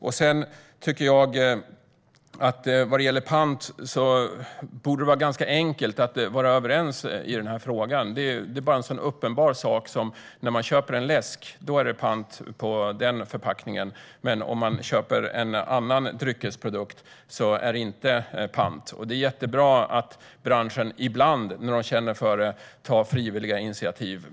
Vad gäller pant tycker jag att det borde vara ganska enkelt att vara överens. Ta bara en så uppenbar sak som att det är pant på förpackningen när man köper en läsk, men om man köper en annan dryckesprodukt är det inte pant på den. Det är jättebra att branschen ibland, när man känner för det, tar frivilliga initiativ.